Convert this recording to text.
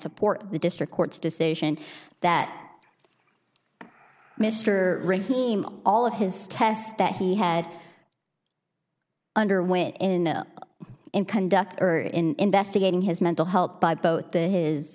support the district court's decision that mr rakeem all of his test that he had underwent in in conduct or in investigating his mental health by both the his